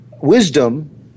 wisdom